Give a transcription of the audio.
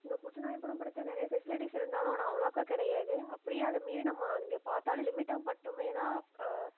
இங்கே புற்றுநோய் குணப்படுத்த நிறைய ஃபெசிலிட்டிஸ் இருந்தாலும் ஆனால் அவ்வளோக்கா கிடையாது அப்படியே அதை மீறி நம்ம அங்கே பார்த்தாலும் லிமிட்டாக மட்டுமே தான்